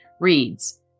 reads